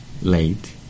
late